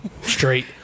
straight